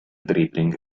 dribbling